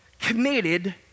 committed